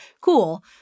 Cool